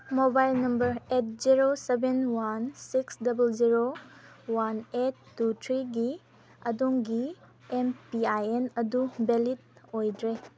mobile number eight zero seven one six double zero one eight two ꯊ꯭ꯔꯤꯒꯤ ꯑꯗꯣꯝꯒꯤ M P I N ꯑꯗꯨ valid ꯑꯣꯏꯗ꯭ꯔꯦ